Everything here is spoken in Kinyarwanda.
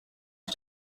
iki